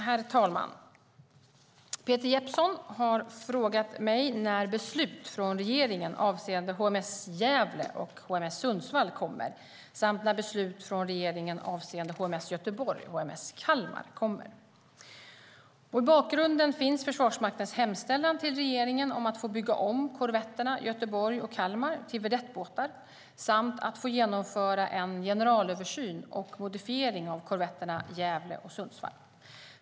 Herr talman! Peter Jeppsson har frågat mig när beslut från regeringen avseende HMS Gävle och HMS Sundsvall kommer samt när beslut från regeringen avseende HMS Göteborg och HMS Kalmar kommer. I bakgrunden finns Försvarsmaktens hemställan till regeringen om att få bygga om korvetterna Göteborg och Kalmar till vedettbåtar samt att få genomföra en generalöversyn och modifiering av korvetterna Gävle och Sundsvall.